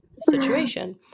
situation